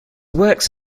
works